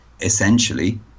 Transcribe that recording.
essentially